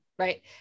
Right